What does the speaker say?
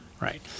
right